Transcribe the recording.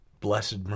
blessed